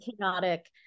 chaotic